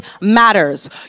matters